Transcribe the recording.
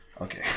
Okay